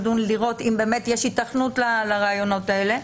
לדון ולראות אם יש היתכנות לרעיונות האלה,